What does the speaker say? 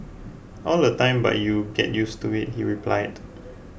all the time but you get used to it he replied